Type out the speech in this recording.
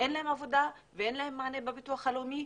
אין להם עבודה ואין להם מענה בביטוח הלאומי.